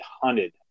hunted